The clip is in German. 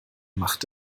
macht